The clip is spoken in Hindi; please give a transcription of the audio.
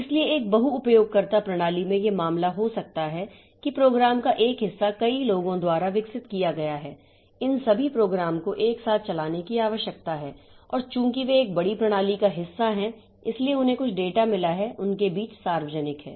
इसलिए एक बहु उपयोगकर्ता प्रणाली में यह मामला हो सकता है कि प्रोग्राम का एक हिस्सा कई लोगों द्वारा विकसित किया गया है इन सभी प्रोग्राम को एक साथ चलाने की आवश्यकता है और चूंकि वे एक बड़ी प्रणाली का हिस्सा हैं इसलिए उन्हें कुछ डेटा मिला है उनके बीच सार्वजनिक है